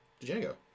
Django